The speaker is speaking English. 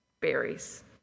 berries